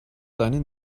seine